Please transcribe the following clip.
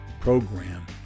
program